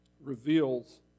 reveals